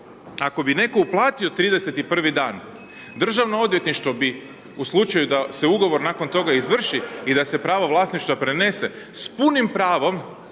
ako bi netko uplatio 31-vi dan, Državno odvjetništvo bi u slučaju da se Ugovor nakon toga izvrši i da se pravo vlasništva prenese, s punim pravom,